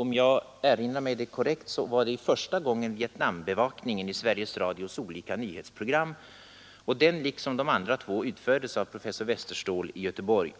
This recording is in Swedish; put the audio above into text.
Om jag erinrar mig det korrekt gällde granskningen första gången Vietnambevakningen i Sveriges Radios olika nyhetsprogram — och den liksom de andra två utfördes av professor Westerståhl i Göteborg.